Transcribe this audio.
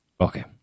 Okay